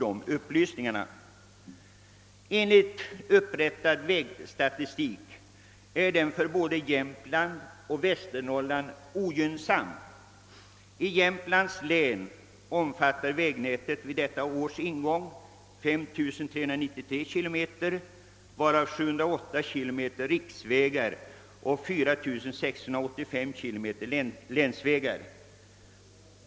Enligt upprättad vägstatistik är situationen ogynnsam för både Jämtland och Västernorrland. I Jämtland omfattade vägnätet vid detta års ingång 5 393 kilometer, varav 708 kilometer riksvägar och 4685 kilometer länsvägar.